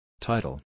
Title